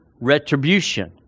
retribution